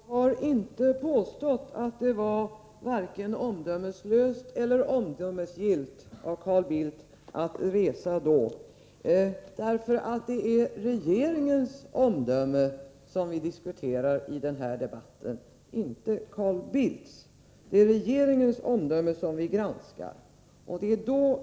Fru talman! Jag har inte påstått att det var vare sig omdömeslöst eller omdömesgillt av Carl Bildt att resa. Det är regeringens omdöme som vi diskuterar i denna debatt, inte Carl Bildts. Det är regeringens omdöme som vi granskar.